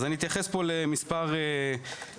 אני אתייחס פה למספר נקודות.